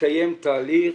מתקיים תהליך.